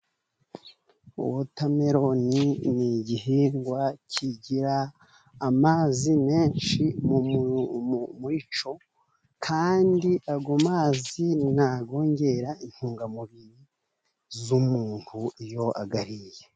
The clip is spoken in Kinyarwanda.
Wotameroni ni igihingwa kigira amazi menshi muri cyo, kandi ayo mazi ni ayongera intungamubiri z'umuntu iyo ayiriye.